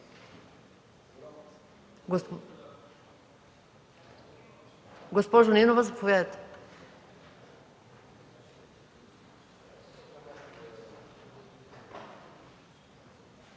Госпожо Нинова, заповядайте.